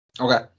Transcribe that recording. Okay